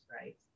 right